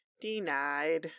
Denied